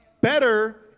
Better